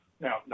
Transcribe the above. Now